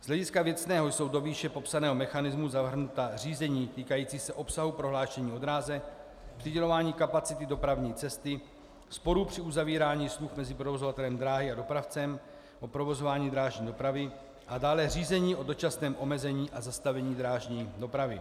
Z hlediska věcného jsou do výše popsaného mechanismu zahrnuta řízení týkající se obsahu prohlášení o dráze, přidělování kapacity dopravní cesty, sporů při uzavírání smluv mezi provozovatelem dráhy a dopravcem o provozování drážní dopravy a dále řízení o dočasném omezení a zastavení drážní dopravy.